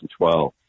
2012